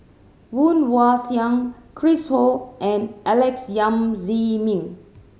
Woon Wah Siang Chris Ho and Alex Yam Ziming